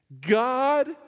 God